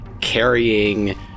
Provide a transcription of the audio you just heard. carrying